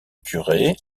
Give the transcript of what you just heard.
curé